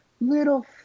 little